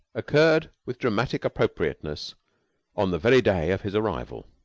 occurred with dramatic appropriateness on the very day of his arrival.